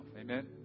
Amen